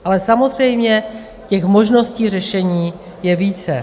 Ale samozřejmě těch možností řešení je více.